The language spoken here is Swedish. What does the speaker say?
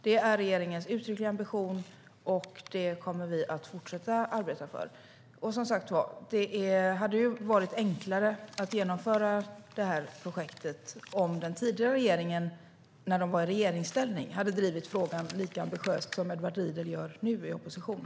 Det är regeringens uttryckliga ambition, och detta kommer vi att fortsätta att arbeta för. Som sagt hade det också varit enklare att genomföra det här projektet om den tidigare regeringen hade drivit frågan lika ambitiöst som Edward Riedl gör nu i opposition.